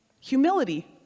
Humility